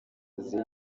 ziri